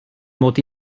mod